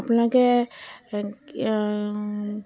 আপোনালোকে